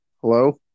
Hello